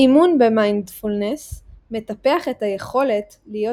האימון במיינדפולנס מטפח את היכולת להיות